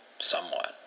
somewhat